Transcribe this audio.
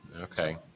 Okay